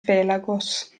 felagos